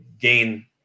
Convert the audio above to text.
gain